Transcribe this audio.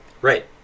Right